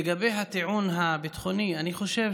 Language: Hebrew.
לגבי הטיעון הביטחוני, אני חושב